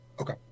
Okay